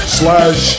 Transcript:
slash